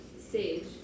Sage